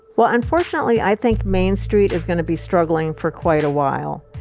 well, unfortunately i think main street is gonna be struggling for quite a while.